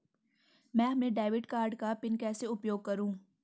मैं अपने debit card का पिन कैसे उपयोग करूँ?